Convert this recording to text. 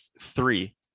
three